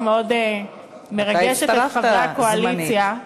אתה הצטרפת זמנית.